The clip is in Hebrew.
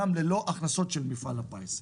גם ללא הכנסות של מפעל הפיס.